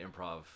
improv